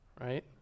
right